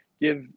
give